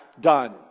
done